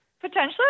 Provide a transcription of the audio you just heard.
Potentially